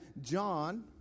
John